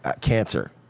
cancer